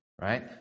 Right